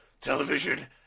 television